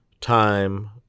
time